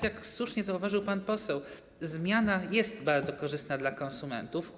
Jak słusznie zauważył pan poseł, zmiana jest bardzo korzystna dla konsumentów.